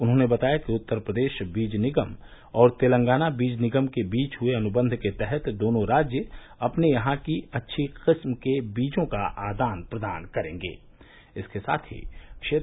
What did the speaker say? उन्होंने बताया कि उत्तर प्रदेश बीज निगम और तेलंगाना बीज निगम के बीच हुए अनुबंध के तहत दोनों राज्य अपने यहां की अच्छी किस्म के बीजों का आदान प्रदान करेंगे